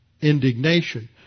indignation